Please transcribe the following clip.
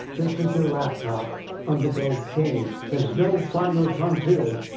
just as your laptop undergoes change. there's no final frontiers,